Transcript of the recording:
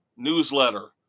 Newsletter